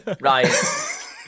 Right